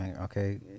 Okay